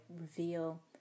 reveal